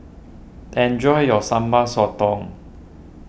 enjoy your Sambal Sotong